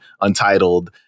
Untitled